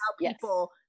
people